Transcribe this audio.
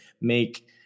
make